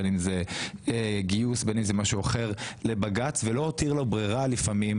- בין אם זה גיוס ובין אם זה משהו אחר - ולא הותיר לו ברירה לפעמים,